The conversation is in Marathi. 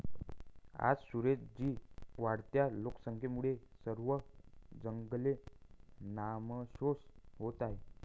आज सुरेश जी, वाढत्या लोकसंख्येमुळे सर्व जंगले नामशेष होत आहेत